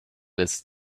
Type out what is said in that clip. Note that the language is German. ist